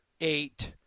eight